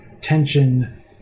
tension